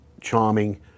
charming